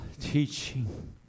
teaching